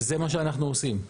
וזה מה שאנחנו עושים.